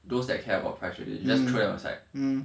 those that care about price already just try outside